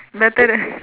better than